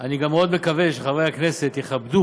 אני מאוד מקווה שגם חברי הכנסת יכבדו